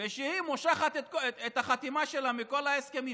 ושהיא מושכת את החתימה שלה מכל ההסכמים.